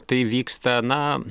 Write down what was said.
tai vyksta na